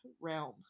realm